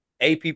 AP